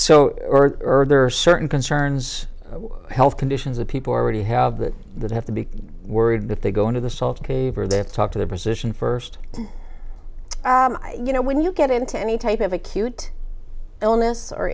so early there are certain concerns health conditions of people already have that have to be worried that they go into the salt cave or they have to talk to their position first you know when you get into any type of acute illness